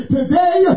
Today